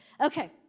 Okay